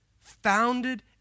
founded